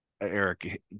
Eric